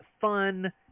fun